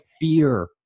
fear